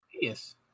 Yes